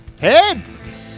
Heads